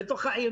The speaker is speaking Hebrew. בתוך העיר,